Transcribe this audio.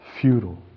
futile